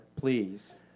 please